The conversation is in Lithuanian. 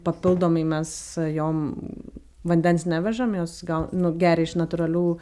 papildomai mes jom vandens nevežam jos gau nu geria iš natūralių